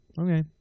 okay